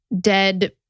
dead